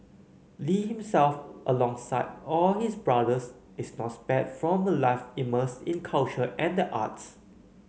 Lee himself alongside all his brothers is not spared from a life immersed in culture and the arts